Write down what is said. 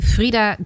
Frida